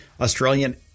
Australian